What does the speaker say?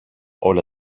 όλα